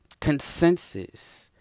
consensus